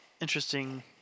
interesting